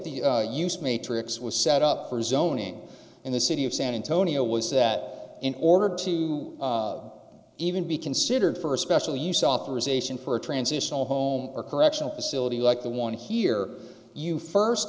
the use matrix was set up for zoning in the city of san antonio was that in order to even be considered for a special use offer is ation for a transitional home or correctional facility like they want to hear you first